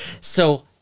So-